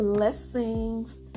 blessings